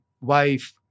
wife